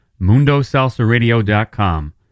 Mundosalsaradio.com